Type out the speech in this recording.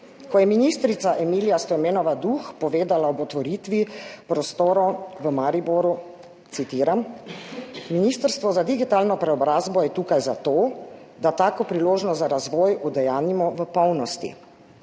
Kot je ministrica Emilija Stojmenova Duh povedala ob otvoritvi prostorov v Mariboru, citiram: »Ministrstvo za digitalno preobrazbo je tukaj zato, da tako priložnost za razvoj udejanjimo v polnosti.